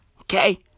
Okay